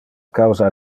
causa